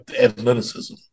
athleticism